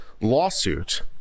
lawsuit